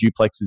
duplexes